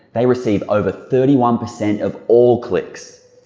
they receive over thirty one percent of all clicks.